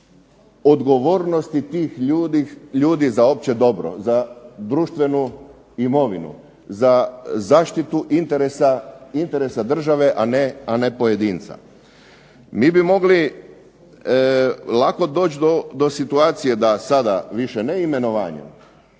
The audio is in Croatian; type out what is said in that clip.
odgovornosti tih ljudi za opće dobro, za društvenu imovinu za zaštitu interesa države, a ne pojedinca. MI bi mogli lako doći do situacije da sada više ne imenovanjem